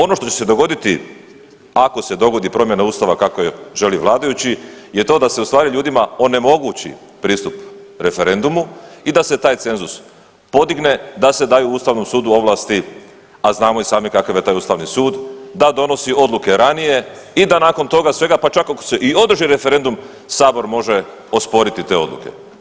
Ono što će se dogodi ako se dogodi promjena ustava kako je želi vladajući je to da se ustvari ljudima onemogući pristup referendumu i da se taj cenzus podigne da se daje ustavnom sudu ovlasti, a znamo i sami kakav je taj ustavni sud, da donosi odluke ranije i da nakon toga svega pa čak i ako se i održi referendum sabor može osporiti te odluke.